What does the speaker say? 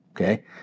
Okay